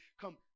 come